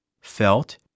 felt